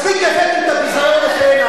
מספיק הבאתם את הביזיון הזה הנה.